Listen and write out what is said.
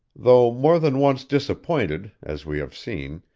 though more than once disappointed, as we have seen,